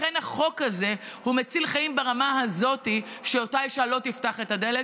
לכן החוק הזה הוא מציל חיים ברמה הזאת שאותה אישה לא תפתח את הדלת,